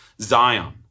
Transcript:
Zion